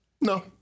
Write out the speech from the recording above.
No